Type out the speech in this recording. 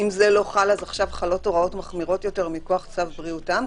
זה לא חל אז עכשיו חלות הוראות מחמירות יותר מכוח צו בריאות העם?